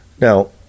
Now